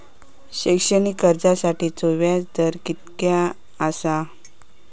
शैक्षणिक कर्जासाठीचो व्याज दर कितक्या आसा?